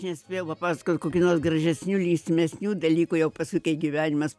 nespėjau papasakot kokių nors gražesnių linksmesnių dalykų jau paskui kai gyvenimas